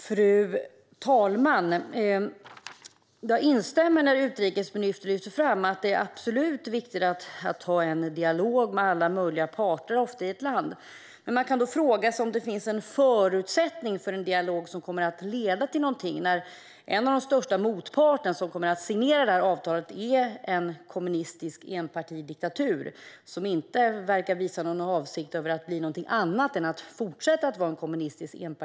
Fru talman! Jag instämmer när utrikesministern lyfter fram att det absolut är viktigt att ha en dialog med alla möjliga parter i ett land. Men man kan fråga sig om det finns förutsättningar för en dialog som kommer att leda till något, när en av de största motparter som kommer att signera avtalet är en kommunistisk enpartidiktatur, som inte verkar visa någon avsikt att bli något annat.